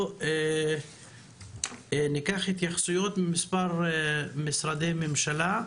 אנחנו ניקח התייחסויות ממספר משרדי ממשלה,